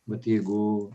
vat jeigu